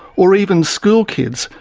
or even school kids,